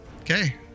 Okay